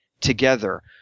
together